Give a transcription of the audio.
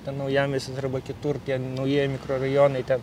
ten naujamiestis arba kitur tie naujieji mikrorajonai ten